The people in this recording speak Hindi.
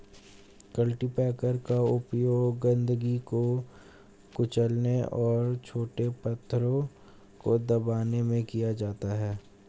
कल्टीपैकर का उपयोग गंदगी को कुचलने और छोटे पत्थरों को दबाने में किया जाता है